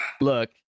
look